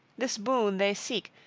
this boon they seek,